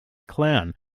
clown